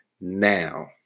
now